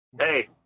Hey